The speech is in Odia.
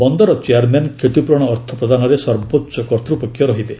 ବନ୍ଦର ଚେୟାରମ୍ୟାନ୍ କ୍ଷତିପୂରଣ ଅର୍ଥ ପ୍ରଦାନରେ ସର୍ବୋଚ୍ଚ କର୍ତ୍ତପକ୍ଷ ରହିବେ